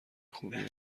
خوبیه